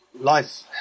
life